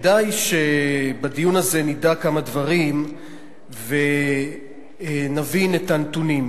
כדאי שבדיון הזה נדע כמה דברים ונבין את הנתונים.